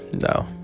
no